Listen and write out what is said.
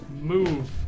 move